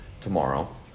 tomorrow